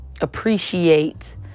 appreciate